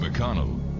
McConnell